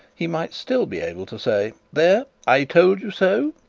he might still be able to say there, i told you so.